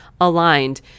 aligned